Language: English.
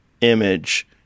image